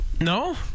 No